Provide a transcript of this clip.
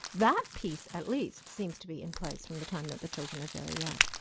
that piece at least seems to be in place from the time that the children are very young.